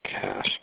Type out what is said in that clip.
cash